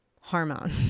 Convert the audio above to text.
hormone